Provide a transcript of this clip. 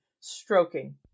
stroking